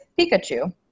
Pikachu